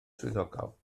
swyddogol